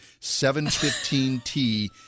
715T